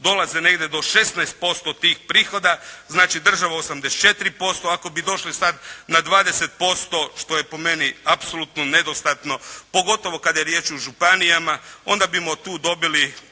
dolaze negdje do 16% tih prihoda. Znači država 84% ako bi došli sada na 20% što je po meni apsolutno nedostatno pogotovo kada je riječ o županijama onda bi tu dobili